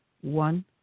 one